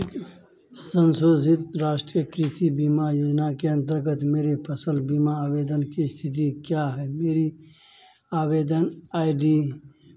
संशोधित राष्ट्रीय कृषि बीमा योजना के अंतर्गत मेरे फसल बीमा आवेदन की स्थिति क्या है मेरी आवेदन आई डी